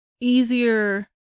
easier